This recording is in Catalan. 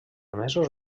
mesos